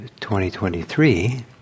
2023